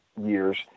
years